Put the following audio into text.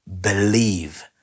believe